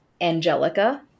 Angelica